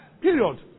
Period